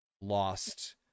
lost